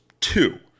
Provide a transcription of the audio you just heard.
two